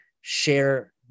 share